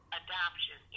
adoption